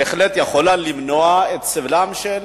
בהחלט יכולה למנוע את סבלם של